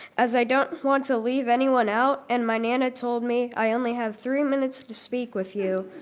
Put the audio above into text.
as i don't want to leave anyone out, and my nana told me i only have three minutes to speak with you,